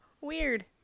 weird